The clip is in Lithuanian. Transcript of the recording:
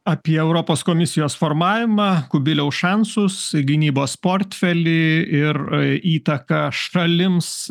apie europos komisijos formavimą kubiliaus šansus gynybos portfelį ir įtaką šalims